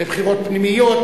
בבחירות פנימיות,